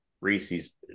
Reese's